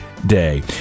Day